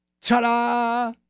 Ta-da